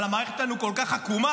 אבל המערכת שלנו כל כך עקומה,